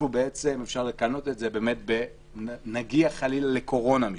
כך בעצם נגיע חלילה לקורונה משפטית.